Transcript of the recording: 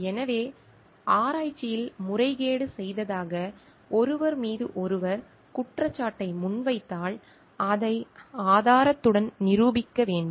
எனவே ஆராய்ச்சியில் முறைகேடு செய்ததாக ஒருவர் மீது ஒருவர் குற்றச்சாட்டை முன்வைத்தால் அதை ஆதாரத்துடன் நிரூபிக்க வேண்டும்